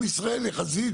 עם ישראל יחסית